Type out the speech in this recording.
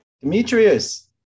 Demetrius